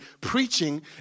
preaching